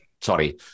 sorry